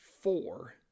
four